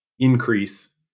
increase